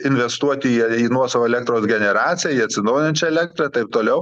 investuoti į į nuosavą elektros generaciją į atsinaujinančią elektrą taip toliau